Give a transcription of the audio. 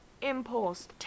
impulse